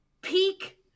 peak